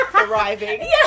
arriving